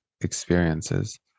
experiences